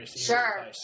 Sure